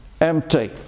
empty